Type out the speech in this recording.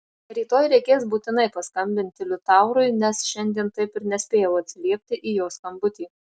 rytoj reikės būtinai paskambinti liutaurui nes šiandien taip ir nespėjau atsiliepti į jo skambutį